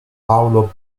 paolo